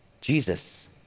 Jesus